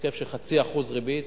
בהיקף של 0.5% ריבית.